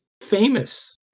famous